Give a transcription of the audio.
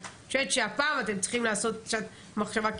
אני חושבת שהפעם אתם צריכים לעשות קצת מחשבה,